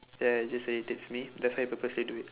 that I just say irritates me that's why purposely do it